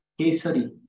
kesari